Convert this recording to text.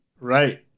Right